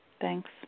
Thanks